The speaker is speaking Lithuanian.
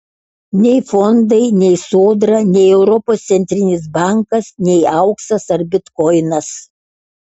nei fondai nei sodra nei europos centrinis bankas nei auksas ar bitkoinas